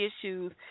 issues